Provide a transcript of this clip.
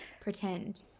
pretend